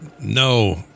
no